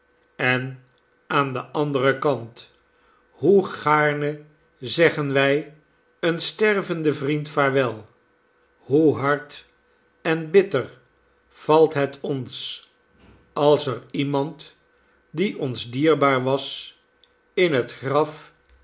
en aan den anderen kant hoe gaarne zeggen wij een stervenden vriend vaarwel hoe hard en bitter valt het ons als er iemand die ons dierbaar was in het graf